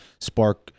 spark